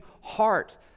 heart